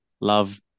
love